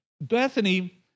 Bethany